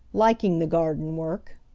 liking the garden work.